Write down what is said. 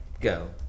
go